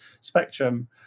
spectrum